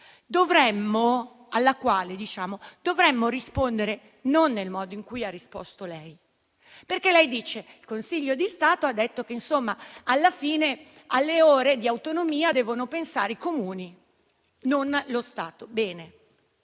dovremmo rispondere non nel modo in cui ha risposto lei. Lei ha affermato che il Consiglio di Stato ha detto che alla fine alle ore di autonomia devono pensare i Comuni e non lo Stato. Bene,